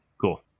Cool